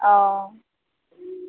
অঁ